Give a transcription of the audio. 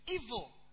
evil